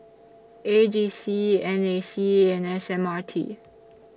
A G C N A C and S M R T